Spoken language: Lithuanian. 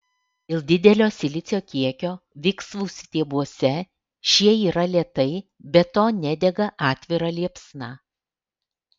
dėl didelio silicio kiekio viksvų stiebuose šie yra lėtai be to nedega atvira liepsna